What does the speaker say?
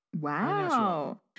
wow